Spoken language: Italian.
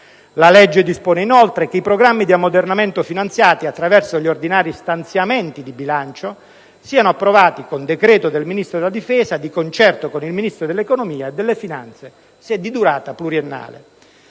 La legge dispone, inoltre, che i programmi di ammodernamento finanziati attraverso gli ordinari stanziamenti di bilancio siano approvati con decreto del Ministro della difesa, di concerto con il Ministro dell'economia e delle finanze se di durata pluriennale.